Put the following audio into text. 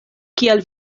kiel